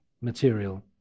material